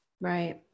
Right